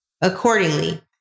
Accordingly